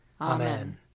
Amen